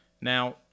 Now